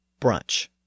brunch